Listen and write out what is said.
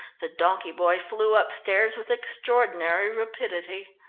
the donkey-boy flew upstairs with extraordinary rapidity.